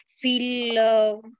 feel